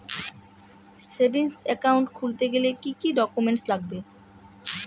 Savings account খুলতে গেলে কি কি ডকুমেন্টস লাগবে?